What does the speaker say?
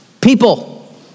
People